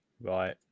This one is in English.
Right